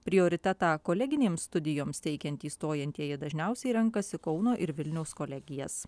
prioritetą koleginėms studijoms teikiantys stojantieji dažniausiai renkasi kauno ir vilniaus kolegijas